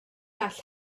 all